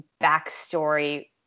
backstory